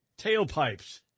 tailpipes